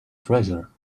treasure